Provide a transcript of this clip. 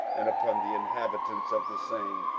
and upon the inhabitants of the same.